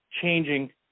changing